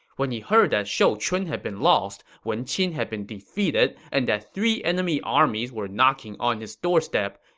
when he heard that shouchun had been lost, wen qin had been defeated, and that three enemy armies were knocking on his doorstep,